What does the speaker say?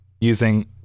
using